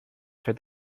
fer